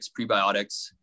prebiotics